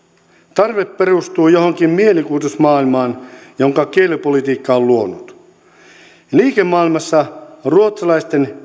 tarve perustuu johonkin mielikuvitusmaailmaan jonka kielipolitiikka on luonut liikemaailmassa ruotsalaisten